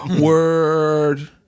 Word